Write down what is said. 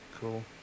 Cool